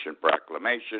Proclamation